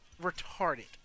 retarded